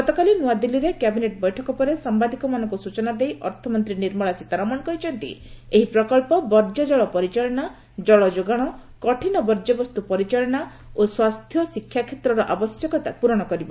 ଗତକାଲି ନ୍ତଆଦିଲ୍କୀଠାରେ କ୍ୟାବିନେଟ୍ ବୈଠକ ପରେ ସାମ୍ବାଦିକମାନଙ୍କୁ ସୂଚନା ଦେଇ ଅର୍ଥମନ୍ତ୍ରୀ ନିର୍ମଳା ସୀତାରମଣ କହିଛନ୍ତି ଏହି ପ୍ରକଳ୍ପ ବର୍ଜ୍ୟ ଜଳ ପରିଚାଳନା ଜଳ ଯୋଗାଣ କଠିନ ବର୍ଜ୍ୟ ଏବଂ ପରିଚାଳନା ସ୍ୱାସ୍ଥ୍ୟ ଓ ଶିକ୍ଷା କ୍ଷେତ୍ରର ଆବଶ୍ୟକତା ପୂରଣ କରିବ